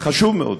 חשוב מאוד.